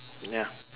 ya